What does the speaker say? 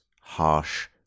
harsh